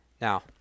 now